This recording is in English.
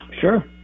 Sure